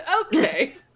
Okay